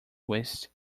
waste